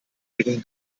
gegen